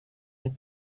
and